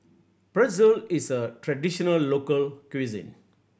pretzel is a traditional local cuisine